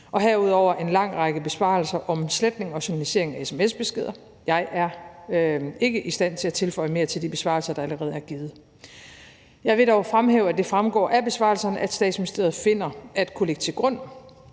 sig om en lang række besvarelser om sletning og journalisering af sms-beskeder. Jeg er ikke i stand til at tilføje mere til de besvarelser, der allerede er givet. Jeg vil dog fremhæve, at det fremgår af besvarelserne, at Statsministeriet finder at kunne lægge til grund,